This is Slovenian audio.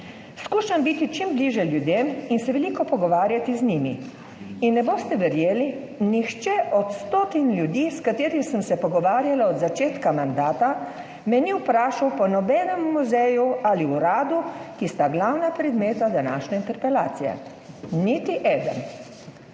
Skušam biti čim bližje ljudem, se veliko pogovarjati z njimi in ne boste verjeli, nihče od stotine ljudi, s katerimi sem se pogovarjala od začetka mandata, me ni vprašal po nobenem muzeju ali uradu, ki sta glavna predmeta današnje interpelacije. Niti eden.